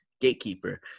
gatekeeper